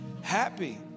happy